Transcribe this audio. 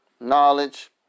knowledge